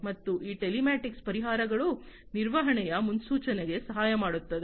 ಮತ್ತು ಈ ಟೆಲಿಮ್ಯಾಟಿಕ್ಸ್ ಪರಿಹಾರಗಳು ನಿರ್ವಹಣೆಯ ಮುನ್ಸೂಚನೆಗೆ ಸಹಾಯ ಮಾಡುತ್ತದೆ